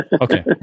Okay